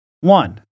one